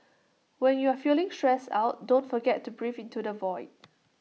when you are feeling stressed out don't forget to breathe into the void